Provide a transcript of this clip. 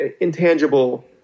intangible